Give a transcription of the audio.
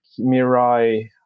Mirai